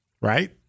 right